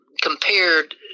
compared